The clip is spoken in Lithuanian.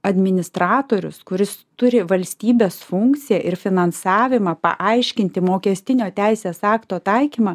administratorius kuris turi valstybės funkciją ir finansavimą paaiškinti mokestinio teisės akto taikymą